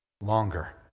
longer